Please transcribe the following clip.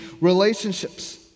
relationships